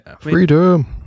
Freedom